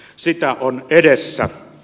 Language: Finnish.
sitä on edessä